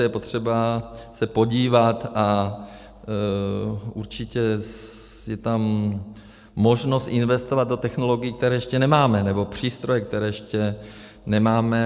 Je potřeba se podívat a určitě je tam možnost investovat do technologií, které ještě nemáme, nebo přístrojů, které ještě nemáme.